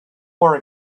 more